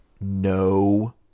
no